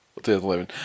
2011